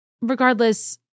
Regardless